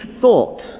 thought